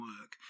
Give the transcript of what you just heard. work